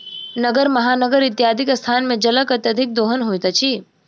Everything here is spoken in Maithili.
नगर, महानगर इत्यादिक स्थान मे जलक अत्यधिक दोहन होइत अछि